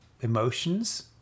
emotions